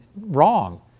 wrong